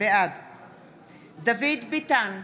בעד דוד ביטן,